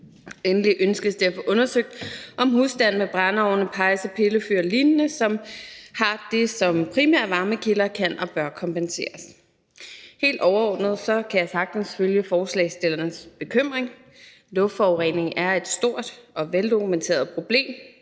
Endelig ønskes det at få undersøgt, om husstande med brændeovne, pejse, pillefyr og lignende, som har det som primære varmekilder, kan og bør kompenseres. Helt overordnet kan jeg sagtens følge forslagsstillernes bekymring. Luftforurening er et stort og veldokumenteret problem.